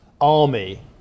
army